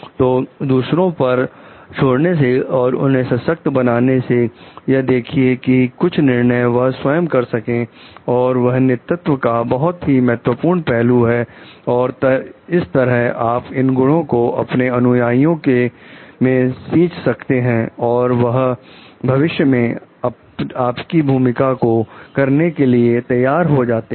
तो दूसरों पर छोड़ने से और उन्हें सशक्त बनाने से यह देखिए कि कुछ निर्णय वह स्वयं कर सके और यह नेतृत्व का बहुत ही महत्वपूर्ण पहलू है और तरह आप इन गुणों को अपने अनुयायियों में सीच सकते हैं और वह भविष्य में आपकी भूमिका को करने के लिए तैयार होते हैं